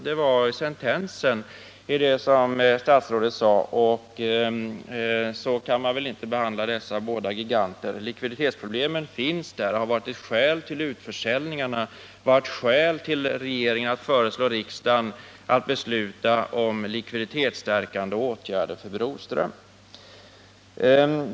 Det var sentensen i det som statsrådet sade. Så kan man väl inte behandla dessa båda giganter. Likviditetsproblemen finns där. De har varit skäl till utförsäljningarna, de har varit skäl för regeringen att föreslå riksdagen att besluta om likviditetsförbättrande åtgärder för Broströms.